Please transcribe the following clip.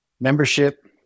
membership